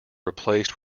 replaced